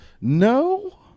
No